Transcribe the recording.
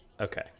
Okay